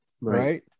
Right